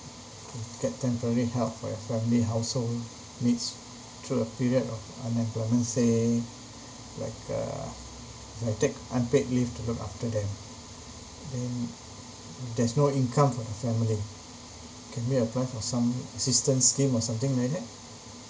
can get temporary help for your family household needs through a period of unemployment say like uh like take unpaid leave to look after them then there's no income for the family can we apply for some assistance scheme or something like that